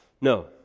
No